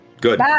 Good